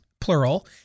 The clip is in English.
plural